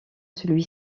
celui